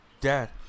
Dad